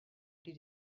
did